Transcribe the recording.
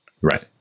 Right